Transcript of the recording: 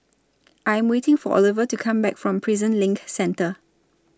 I Am waiting For Oliver to Come Back from Prison LINK Centre